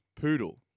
poodle